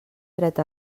dret